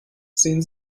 sehen